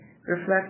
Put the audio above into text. reflect